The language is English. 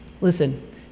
Listen